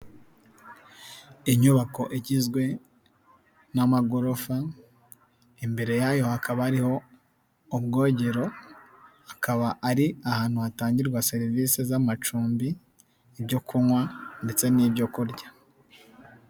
Inyubako igizwe n'amagorofa imbere yayo hakaba hariho ubwogero, akaba ari ahantu hatangirwa serivisi z'amacumbi, ibyo kunywa ndetse n'ibyo kurya.